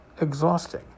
exhausting